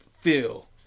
feel